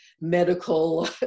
medical